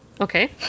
Okay